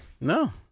No